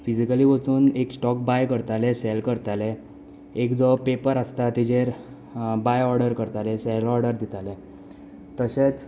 physically वचून एक stock buy करताले सॅल करताले एक जो पेपर आसता तेजेर बाय ऑर्डर करताले सॅल ऑर्डर दिताले तशेंच